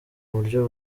buryo